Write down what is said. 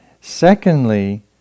Secondly